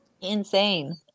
Insane